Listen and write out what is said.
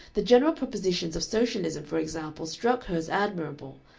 the general propositions of socialism, for example, struck her as admirable,